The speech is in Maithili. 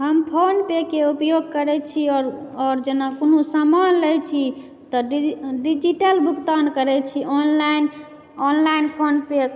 हम फोनपेके ऊपयोग करै छी आओर जेना कोनो सामान लै छी तऽ डिजिटल भुगतान करै छी ऑनलाइन ऑनलाइन फोनपे